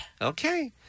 Okay